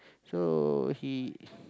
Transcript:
so he